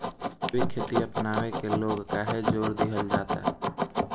जैविक खेती अपनावे के लोग काहे जोड़ दिहल जाता?